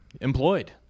employed